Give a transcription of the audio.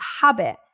habit